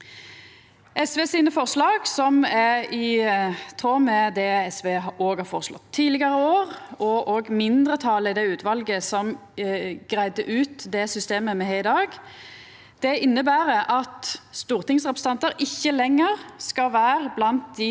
SV sine forslag, som er i tråd med det SV òg har føreslått i tidlegare år, og mindretalet i det utvalet som greidde ut det systemet me har i dag, inneber at stortingsrepresentantar ikkje lenger skal vera blant dei